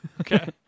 Okay